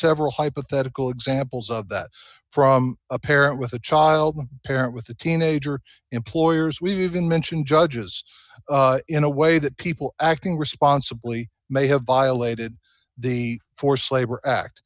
several hypothetical examples of that from a parent with a child them parent with a teenager employers we've even mentioned judges in a way that people acting responsibly may have violated the forced labor act